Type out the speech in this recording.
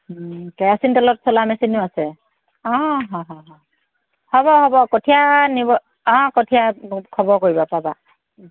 কেৰাচিন তেলত চলা মেচিনো আছে অ' হ হ হ'ব হ'ব কঠীয়া নিব অ' কঠীয়া মোক খবৰ কৰিবা পাবা